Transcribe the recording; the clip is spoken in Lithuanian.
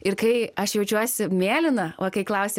ir kai aš jaučiuosi mėlyna va kai klausei